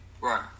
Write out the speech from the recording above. Right